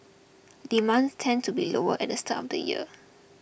demand tends to be lower at the start of the year